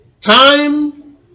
Time